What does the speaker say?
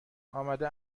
آمده